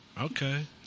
Okay